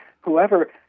whoever